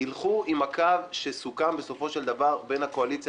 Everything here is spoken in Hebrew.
שילכו עם הקו שסוכם בסופו של דבר בין הקואליציה